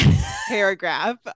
paragraph